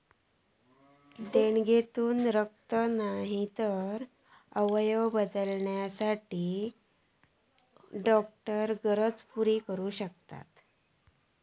देणगेतसून रक्त, नायतर बदलूच्यासाठी अवयव अशे डॉक्टरी गरजे पुरे जावक शकतत